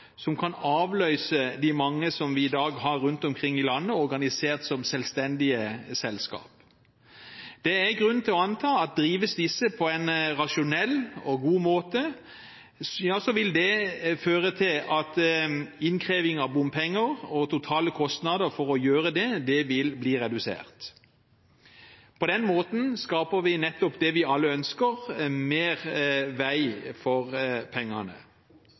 som kan avløse de mange som vi dag har rundt omkring i landet, organisert som selvstendige selskaper. Det er grunn til å anta at drives disse på en rasjonell og god måte, vil det føre til at innkreving av bompenger og de totale kostnader for å gjøre det vil bli redusert. På den måten skaper vi nettopp det vi alle ønsker, mer vei for pengene.